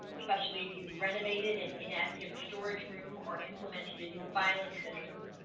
especially if you've renovated an inactive storage room or implemented a new filing system